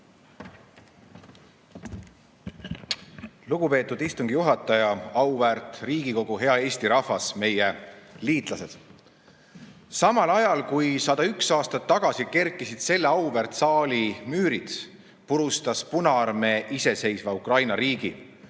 Lugupeetud istungi juhataja! Auväärt Riigikogu! Hea Eesti rahvas ja meie liitlased! Samal ajal kui 101 aastat tagasi kerkisid selle auväärt saali müürid, purustas Punaarmee iseseisva Ukraina riigi.